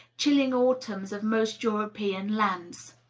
chilling autumns of most european lands.